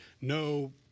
no